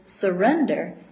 surrender